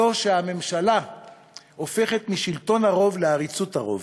זו שהממשלה הופכת משלטון הרוב לעריצות הרוב.